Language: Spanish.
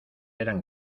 eran